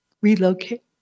relocate